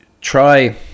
try